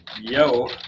Yo